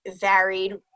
Varied